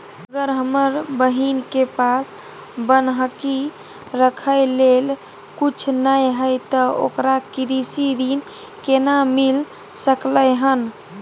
अगर हमर बहिन के पास बन्हकी रखय लेल कुछ नय हय त ओकरा कृषि ऋण केना मिल सकलय हन?